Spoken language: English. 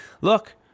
look